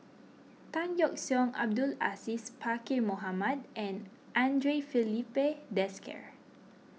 Tan Yeok Seong Abdul Aziz Pakkeer Mohamed and andre Filipe Desker